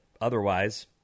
Otherwise